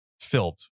filled